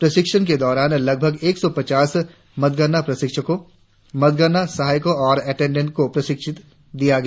प्रशिक्षण के दौरान लगभग एक सौ पचास मतगणना प्रशिक्षकों मतगणना सहायकों और अटेंडेंट को प्रशिक्षण दिया गया